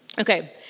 Okay